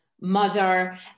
mother